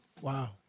Wow